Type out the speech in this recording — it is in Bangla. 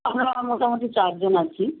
আমরা মোটামুটি চারজন আছি